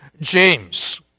James